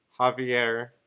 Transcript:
Javier